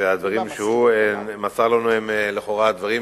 הדברים שהוא מסר לנו הם לכאורה דברים